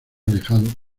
alejado